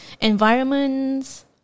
environments